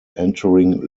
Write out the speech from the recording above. entering